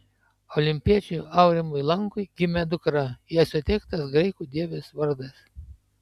olimpiečiui aurimui lankui gimė dukra jai suteiktas graikų deivės vardas